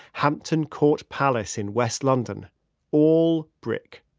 hampton court palace in west london all brick.